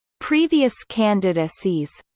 previous candidacies